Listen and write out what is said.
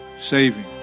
saving